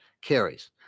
carries